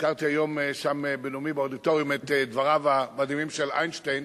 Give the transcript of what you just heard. הזכרתי היום בנאומי באודיטוריום את דבריו המדהימים של איינשטיין,